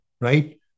right